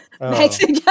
Mexico